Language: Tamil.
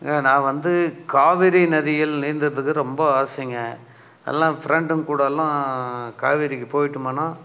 ந வந்து காவேரி நதியில் நீந்தறத்துக்கு ரொம்ப ஆசைங்க எல்லா பிரெண்டுங்க கூடல்லாம் காவேரிக்கு போயிட்டமுன்னா